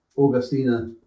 Augustina